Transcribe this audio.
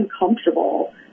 uncomfortable